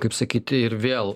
kaip sakyti ir vėl